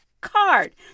card